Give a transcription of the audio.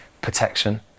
protection